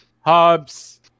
Hobbs